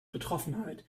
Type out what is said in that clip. betroffenheit